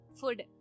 Food